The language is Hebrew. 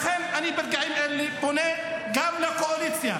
לכן, ברגעים אלה אני פונה גם לקואליציה.